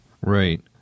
Right